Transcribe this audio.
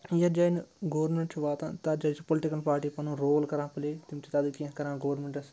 یَتھ جایہِ نہٕ گورمٮ۪نٛٹ چھِ واتان تَتھ جایہِ چھِ پُلٹِکَل پاٹی پَنُن رول کَران پٕلے تِم چھِ تَتٮ۪تھ کینٛہہ کَران گورمٮ۪ںٛٹَس